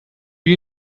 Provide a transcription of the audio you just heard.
you